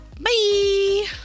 Bye